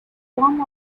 form